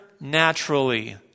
naturally